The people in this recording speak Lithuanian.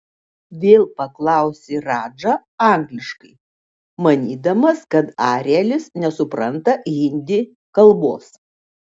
vėl paklausė radža angliškai manydamas kad arielis nesupranta hindi kalbos